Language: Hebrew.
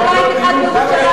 שלא לדבר על בית אחד בירושלים.